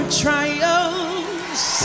trials